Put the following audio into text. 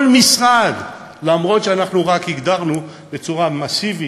כל משרד, אף-על-פי שאנחנו הגדרנו בצורה מסיבית,